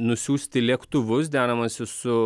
nusiųsti lėktuvus deramasi su